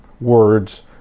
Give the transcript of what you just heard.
words